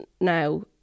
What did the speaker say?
now